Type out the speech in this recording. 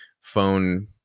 phone